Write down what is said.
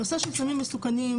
הנושא של סמים מסוכנים,